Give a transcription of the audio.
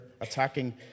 attacking